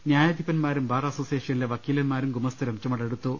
ന്യായാധിപന്മാരും bar അസോസിയേഷനിലെ വക്കീലന്മാരും ഗുമസ്തരും ചുമ ടെടുത്തു